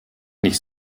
nicht